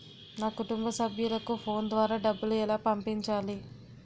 నా కుటుంబ సభ్యులకు ఫోన్ ద్వారా డబ్బులు ఎలా పంపించాలి?